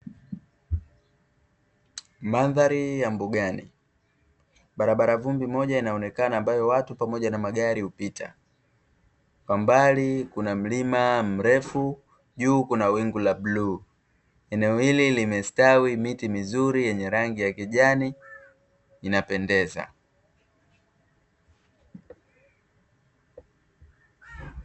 Mandhari ya mbugani barabara vumbi moja inaonekana ambayo watu pamoja na magari hupita, kwa mbali kuna mlima mrefu, juu kuna wingu la bluu. Eneo hili limestawi miti mizuri yenye rangi ya kijani inapendeza.